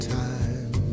time